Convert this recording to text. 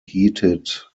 heated